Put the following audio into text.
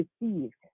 received